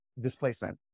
displacement